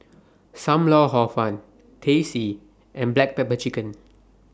SAM Lau Hor Fun Teh C and Black Pepper Chicken